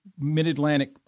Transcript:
mid-Atlantic